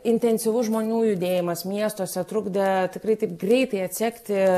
intensyvus žmonių judėjimas miestuose trukdė tikrai taip greitai atsekti